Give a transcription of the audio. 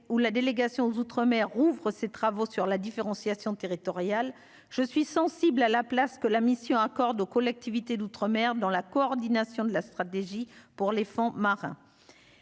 où la délégation aux outre-mer rouvre ses travaux sur la différenciation territoriale je suis sensible à la place que la mission accorde aux collectivités d'outre-mer dans la coordination de la stratégie pour les fonds marins